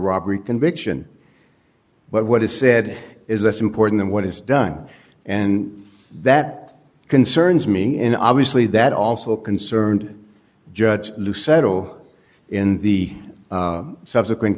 robbery conviction but what is said is less important than what is done and that concerns me in obviously that also concerned judge lou settle in the subsequent